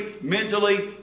mentally